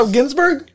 Ginsburg